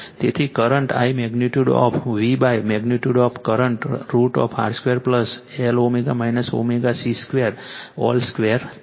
તેથી current I magnitude of V magnitude of current √R 2 Lω ω C2 all square છે